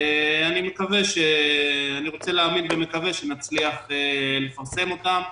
אני רוצה להאמין ומקווה שנצליח לפרסם אותם.